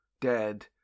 dead